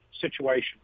situation